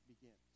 begins